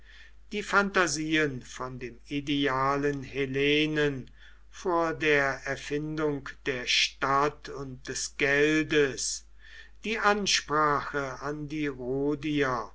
die phantasien von dem idealen hellenen vor der erfindung der stadt und des geldes die ansprache an die